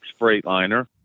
Freightliner